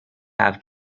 have